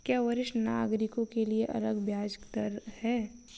क्या वरिष्ठ नागरिकों के लिए अलग ब्याज दर है?